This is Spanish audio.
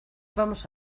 vamos